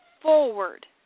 forward